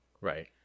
Right